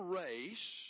race